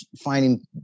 finding